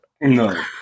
no